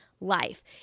life